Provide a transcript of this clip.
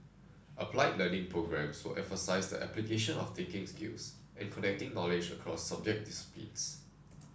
applied learning programmes will emphasise the application of thinking skills and connecting knowledge across subject disciplines